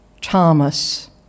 Thomas